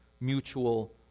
mutual